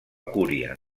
cúria